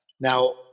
Now